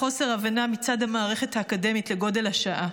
חוסר הבנה מצד המערכת האקדמית לגודל השעה.